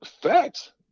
Facts